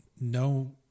no